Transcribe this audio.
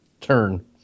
turn